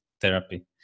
therapy